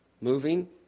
moving